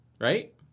Right